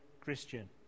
Christian